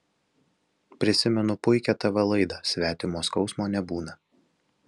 prisimenu puikią tv laidą svetimo skausmo nebūna